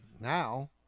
now